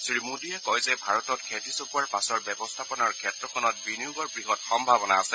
শ্ৰী মোদীয়ে কয় যে ভাৰতত খেতি চপোৱাৰ পাছৰ ব্যৱস্থাপনাৰ ক্ষেত্ৰখনত বিনিয়োগৰ বৃহৎ সম্ভাৱনা আছে